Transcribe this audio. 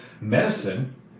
medicine